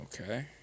Okay